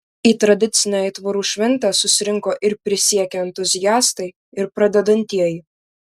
į tradicinę aitvarų šventę susirinko ir prisiekę entuziastai ir pradedantieji